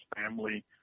family